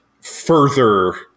further